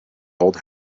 old